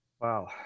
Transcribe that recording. Wow